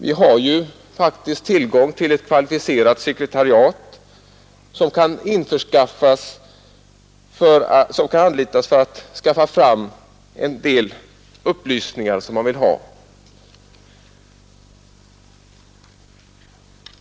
Vi har ju tillgång till ett kvalificerat sekretariat som kan anlitas för att skaffa fram de upplysningar man vill ha.